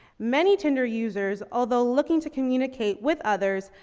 many tinder users, although looking to communicate with others,